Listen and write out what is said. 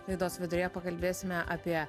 laidos viduryje pakalbėsime apie